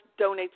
donates